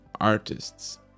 artists